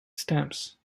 stamps